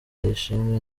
y’ishimwe